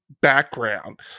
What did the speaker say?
background